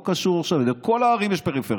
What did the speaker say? בכל הערים יש פריפריה,